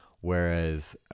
whereas